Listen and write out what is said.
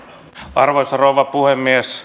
arvoisa rouva puhemies